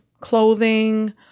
clothing